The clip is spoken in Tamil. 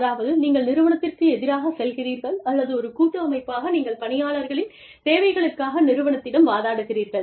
அதாவது நீங்கள் நிறுவனத்திற்கு எதிராகச் செல்கிறீர்கள் அல்லது ஒரு கூட்டு அமைப்பாக நீங்கள் பணியாளர்களின் தேவைகளுக்காக நிறுவனத்திடம் வாதாடுகிறீர்கள்